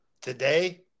Today